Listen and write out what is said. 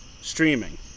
streaming